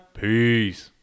Peace